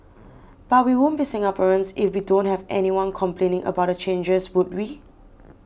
but we won't be Singaporeans if we don't have anyone complaining about the changes would we